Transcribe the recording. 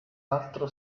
altro